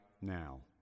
now